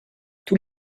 tous